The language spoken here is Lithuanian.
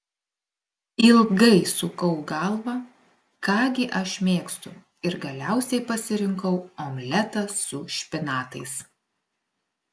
ilgai sukau galvą ką gi aš mėgstu ir galiausiai pasirinkau omletą su špinatais